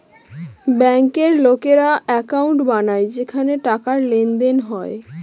ব্যাঙ্কের লোকেরা একাউন্ট বানায় যেখানে টাকার লেনদেন হয়